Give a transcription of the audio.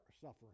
suffering